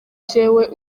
jewe